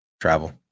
travel